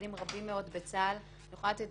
ותפקידים רבים מאוד בצה"ל בעניין זה.